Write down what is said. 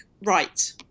right